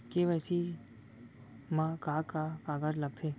KYC मा का का कागज लगथे?